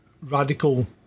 radical